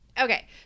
Okay